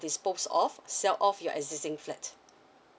dispose off sell off your existing flat